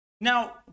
Now